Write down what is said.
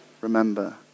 remember